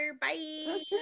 Bye